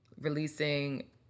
releasing